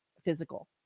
physical